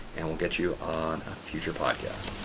and we'll get you on a future podcast.